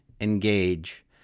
engage